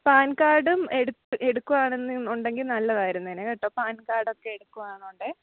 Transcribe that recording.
pan കാർഡും എടുക്കുകയാണ് എന്ന് ഉണ്ടെങ്കിൽ നല്ലതായിരുന്നേനെ കേട്ടോ പാൻ കാർഡ് ഒക്കെ എടുക്കുകായാണ് എന്ന് ഉണ്ടെ